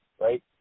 right